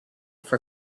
for